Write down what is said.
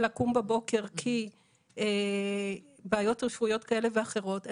לקום בבוקר כי יש לה בעיות רפואיות כאלה ואחרות,